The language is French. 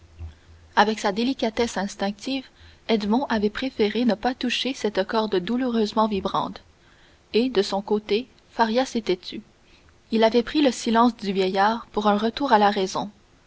avec sa délicatesse instinctive edmond avait préféré ne pas toucher cette corde douloureusement vibrante et de son côté faria s'était tu il avait pris le silence du vieillard pour un retour à la raison